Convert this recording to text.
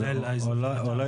איפה